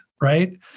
right